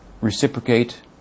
reciprocate